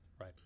Right